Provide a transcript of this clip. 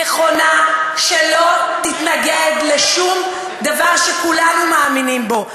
הנכונה שלא תתנגד לשום דבר שכולנו מאמינים בו.